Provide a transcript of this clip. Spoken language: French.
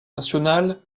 national